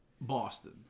Boston